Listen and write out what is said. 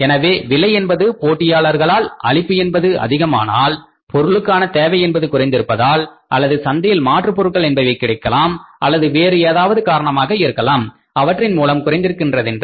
எனவே விலை என்பது போட்டியாளர்களால் அளிப்பு என்பது அதிகமானதால் பொருளுக்கான தேவை என்பது குறைந்திருப்பதால் அல்லது சந்தையில் மாற்றுப் பொருட்கள் என்பவை கிடைக்கலாம் அல்லது வேறு ஏதாவது காரணமாக இருக்கலாம் அவற்றின் மூலம் குறைகின்றதென்றால்